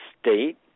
state